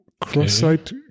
cross-site